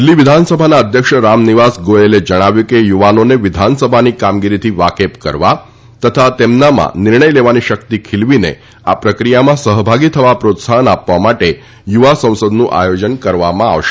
દિલ્ફી વિધાનસભાના અધ્યક્ષ રામનિવાસ ગોયલે જણાવ્યું છે કે યુવાનોને વિધાનસભાની કામગીરીથી વાકેફ કરવા તથા તેમનામાં નિર્ણય લેવાની શક્તિને ખીલવીને આ પ્રક્રિયામાં સહભાગી થવા પ્રોત્સાહન આપવા માટે યુવા સંસદનું આયોજન કરવામાં આવશે